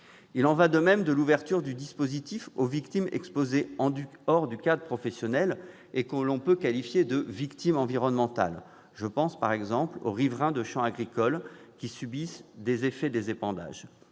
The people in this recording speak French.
Il en va de même de l'ouverture du dispositif aux victimes exposées en dehors du cadre professionnel et que l'on peut qualifier de « victimes environnementales ». Je pense notamment aux riverains de champs agricoles qui subissent les effets des épandages.